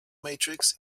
matrix